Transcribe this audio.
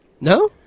No